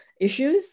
issues